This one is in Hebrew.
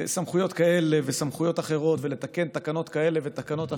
סמכויות כאלה וסמכויות אחרות ולתקן תקנות כאלה ותקנות אחרות,